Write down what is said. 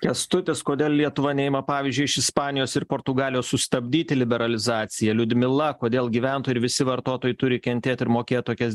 kęstutis kodėl lietuva neima pavyzdžiui iš ispanijos ir portugalijos sustabdyti liberalizaciją liudmila kodėl gyventojai ir visi vartotojai turi kentėt ir mokėt tokias